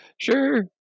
sure